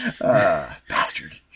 Bastard